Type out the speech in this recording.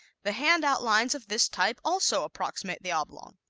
the hand outlines of this type also approximate the oblong.